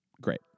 great